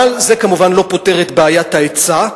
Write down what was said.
אבל זה כמובן לא פותר את בעיית ההיצע,